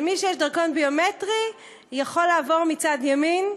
למי שיש דרכון ביומטרי יכול לעבור מצד ימין,